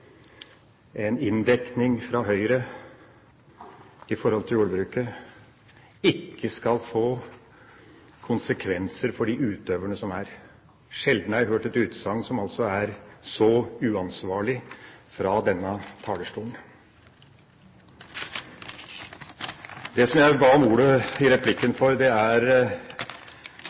en redusert inndekning i forhold til jordbruket ikke skal få konsekvenser for utøverne som er der. Sjelden har jeg hørt et usagn fra denne talerstolen som er så uansvarlig! Jeg ba om ordet